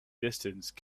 distance